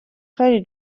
خیلی